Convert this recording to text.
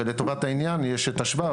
הרי לטובת העניין יש את השבב,